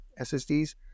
SSDs